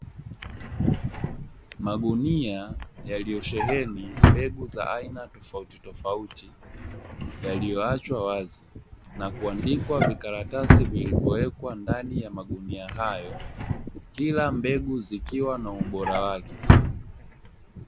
Magunia yaliyosheheni mbegu za aina tofautitofauti yaliyoachwa wazi na kuandikwa vikaratasi vilivyowekwa ndani ya magunia hayo kila mbegu zikiwa na ubora wake.